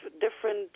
different